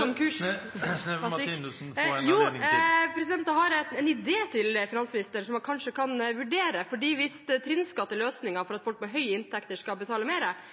først Marie Sneve Martinussen. Jeg har en idé til finansministeren, som han kanskje kan vurdere. Hvis trinnskatt er løsningen for at